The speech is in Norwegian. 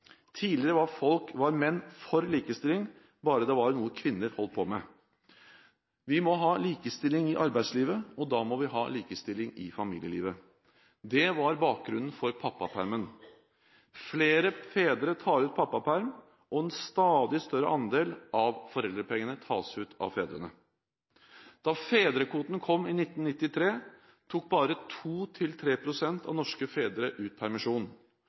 Tidligere var menn for likestilling, bare det var noe kvinner holdt på med. Vi må ha likestilling i arbeidslivet, og da må vi ha likestilling i familielivet. Det var bakgrunnen for pappapermen. Flere fedre tar ut pappaperm, og en stadig større andel av foreldrepengene tas ut av fedrene. Da fedrekvoten kom i 1993, tok bare 2–3 pst. av norske fedre ut permisjon.